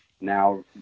now